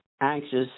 anxious